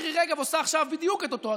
אמירה פופוליסטית, מופרכת,